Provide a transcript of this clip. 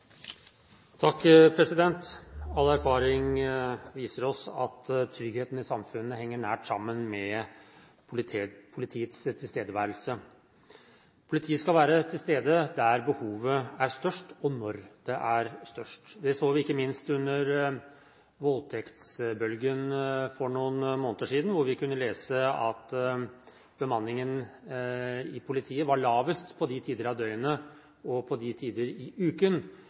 All erfaring viser oss at tryggheten i samfunnet henger nært sammen med politiets tilstedeværelse. Politiet skal være til stede der behovet er størst, og når behovet er størst. Det så vi ikke minst under voldtektsbølgen for noen måneder siden, da vi kunne lese at bemanningen i politiet var lavest på de tider av døgnet og på de tider i uken